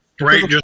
Right